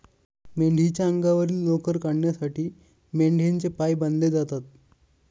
मेंढीच्या अंगावरील लोकर काढण्यासाठी मेंढ्यांचे पाय बांधले जातात